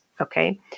okay